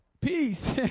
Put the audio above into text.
Peace